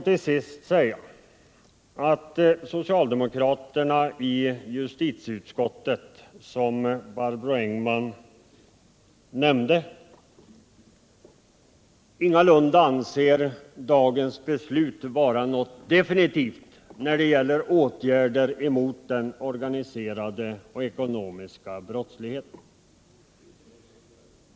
Till sist vill jag säga att socialdemokraterna i justitieutskottet, som Barbro Engman nämnde, ingalunda anser att dagens beslut är något definitivt när det gäller åtgärder mot den organiserade och ekonomiska brottsligheten.